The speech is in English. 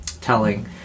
telling